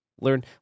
learn